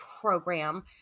program